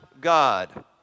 God